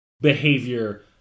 behavior